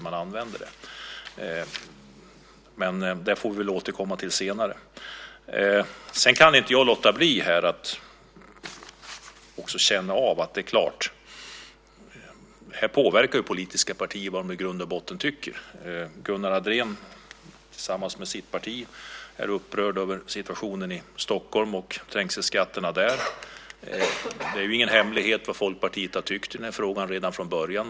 Men det får vi väl återkomma till senare. Sedan kan jag inte låta bli att också känna att det är klart att det här påverkas av vad politiska partier i grund och botten tycker. Gunnar Andrén är, tillsammans med sitt parti, upprörd över situationen i Stockholm och trängselskatterna där. Det är ju ingen hemlighet vad Folkpartiet har tyckt i den här frågan redan från början.